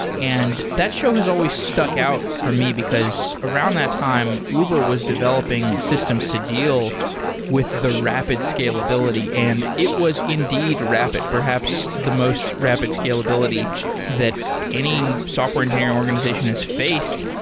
and that show has always stuck out for me, because around that time, uber was developing systems to deal with the rapid scalability and it was indeed rapid. perhaps the most rapid scalability that any software engineering organization has faced.